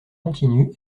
continue